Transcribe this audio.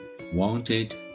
wanted